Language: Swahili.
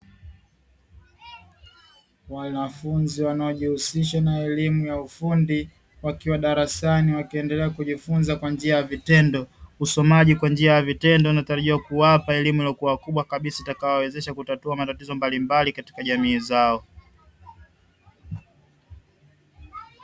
Wanafunzi wanaojihusisha na elimu ya ufundi wakiwa darasani wakiendelea kujifunza kwa njia ya vitendo, usomaji kwa njia ya vitendo unaotarajiwa kuwapa elimu iliyokua kubwa kabisa, itakayowawezesha kutatua matatizo mbalimbali katika jamii zao.